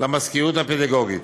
למזכירות הפדגוגית.